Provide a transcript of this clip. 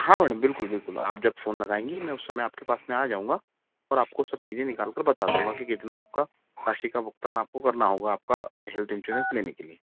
हाँ मैडम बिल्कुल बिल्कुल आप जब फोन लगाएँगी मैं उसे समय आपके पास में आ जाऊंगा और आपको सब चीजें निकाल कर बता दूंगा कि कितना आपका राशि का भुगतान आपको करना होगा आपका हेल्थ इंश्योरेंस लेने के लिए